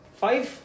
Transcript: five